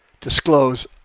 disclose